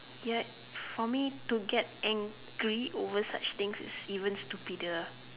ya for me to get angry over such things is even stupider